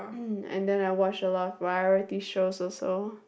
mm and then I watch a lot of variety shows also